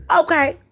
Okay